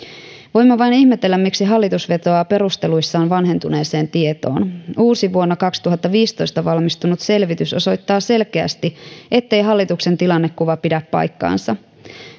voimme vain ihmetellä miksi hallitus vetoaa perusteluissaan vanhentuneeseen tietoon uusi vuonna kaksituhattaviisitoista valmistunut selvitys osoittaa selkeästi ettei hallituksen tilannekuva pidä paikkaansa